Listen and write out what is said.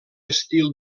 estil